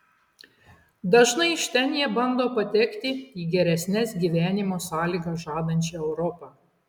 dažnai iš ten jie bando patekti į geresnes gyvenimo sąlygas žadančią europą